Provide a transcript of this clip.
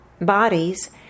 bodies